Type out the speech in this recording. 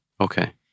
Okay